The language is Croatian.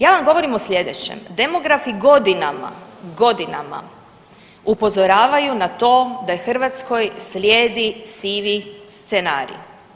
Ja vam govorim o sljedećem, demografi godinama, godinama upozoravaju na to da Hrvatskoj slijedi sivi scenarij.